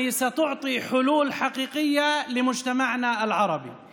ייתנו פתרונות אמיתיים לחברה הערבית שלנו.